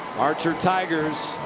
archer tigers.